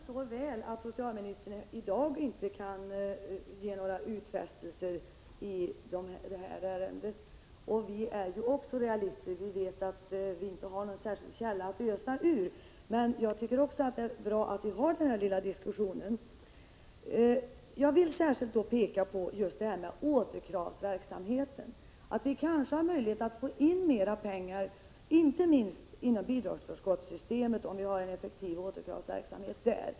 Herr talman! Jag förstår mycket väl att socialministern i dag inte kan göra några utfästelser i det här ärendet, och vi är ju också realister. Vi vet att vi inte har någon särskild källa att ösa ur, men jag tycker det är bra att vi för den här lilla diskussionen. Jag vill särskilt peka på återkravsverksamheten — att vi kanske har möjlighet att få in mera pengar, inte minst inom bidragsförskottssystemet, om vi har en effektiv återkravsverksamhet där.